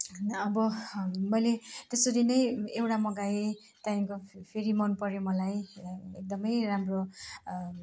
होइन अब मैले त्यसरी नै एउटा मगाएँ त्यहाँदेखिको फेरि मनपर्यो मलाई एकदमै राम्रो